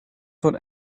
von